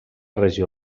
regió